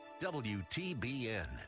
WTBN